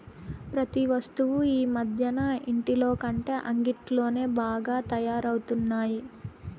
ప్రతి వస్తువు ఈ మధ్యన ఇంటిలోకంటే అంగిట్లోనే బాగా తయారవుతున్నాయి